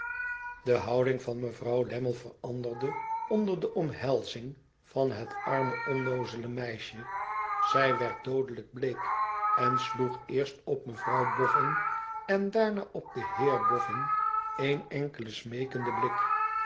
de houding van mevrouw lammie veranderde onder de omhelzing van het arme onnoozele meisje zij werd doodelijk bleek en sloeg eerst op mevrouw boffin en daarna op den heer boffin één enkelen smeekenden blik